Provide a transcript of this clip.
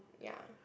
ya